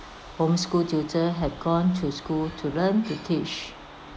homeschool tutor had gone to school to learn to teach